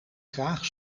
graag